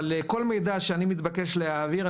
אבל כל מידע שאני מתבקש להעביר,